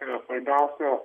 yra svarbiausio